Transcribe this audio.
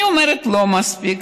אני אומרת: לא מספיק.